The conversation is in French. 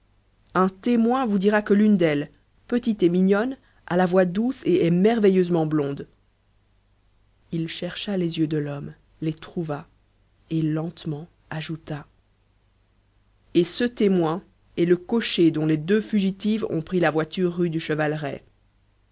un témoin vous dira que l'une d'elles petite et mignonne a la voix douce et est merveilleusement blonde il chercha les yeux de l'homme les trouva et lentement ajouta et ce témoin est le cocher dont les deux fugitives ont pris la voiture rue du